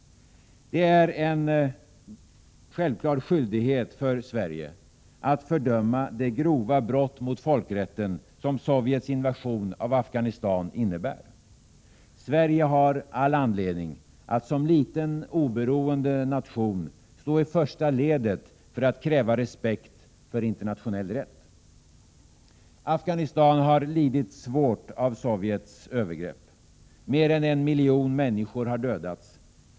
Det är en självklar skyldighet för Sverige att fördöma det grova brott mot folkrätten som Sovjets invasion av Afghanistan innebär. Sverige har all anledning att som liten oberoende nation stå i första ledet för att kräva respekt för internationell rätt. Afghanistan har lidit svårt av Sovjets övergrepp. Mer än en miljon människor har dödats.